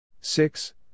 six